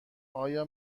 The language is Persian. آیا